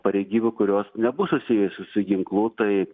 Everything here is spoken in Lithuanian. pareigybių kurios nebus susijusių su ginklu tai